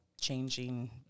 changing